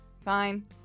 fine